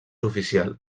oficial